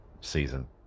season